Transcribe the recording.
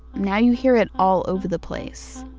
now you hear it all over the place